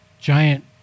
giant